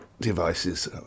devices